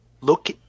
Look